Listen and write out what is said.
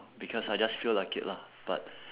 because I just feel like it lah but